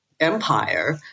Empire